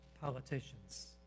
politicians